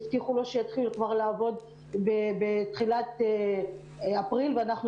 הבטיחו לו שיתחיל כבר לעבוד בתחילת אפריל ואנחנו